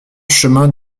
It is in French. chemin